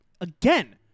again